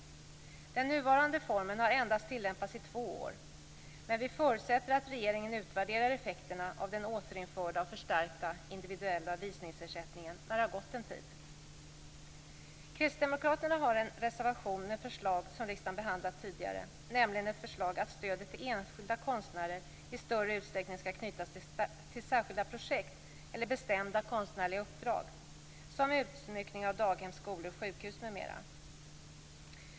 Den nuvarande formen har endast tillämpats i två år. Men vi förutsätter att regeringen utvärderar effekterna av den återinförda och förstärkta individuella visningsersättningen när det har gått en tid. Kristdemokraterna har också en motion med förslag som riksdagen har behandlat tidigare, nämligen ett förslag att stödet till enskilda konstnärer i större utsträckning skall knytas till särskilda projekt eller bestämda konstnärliga uppdrag, som utsmyckning av daghem, skolor, sjukhus m.m.